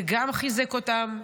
וגם חיזק אותם,